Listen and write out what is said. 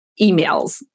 emails